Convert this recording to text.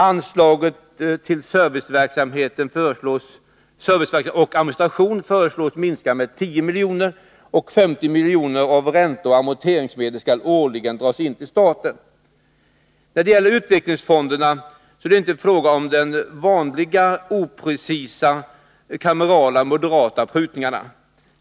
Anslaget till service och administration föreslås minska med 10 milj.kr., och 50 milj.kr. av ränteoch amorteringsmedel skall årligen dras in till staten. När det gäller utvecklingsfonderna är det inte fråga om de vanliga, oprecisa, kamerala moderata prutningarna.